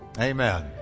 Amen